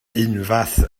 unfath